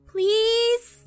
Please